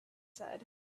said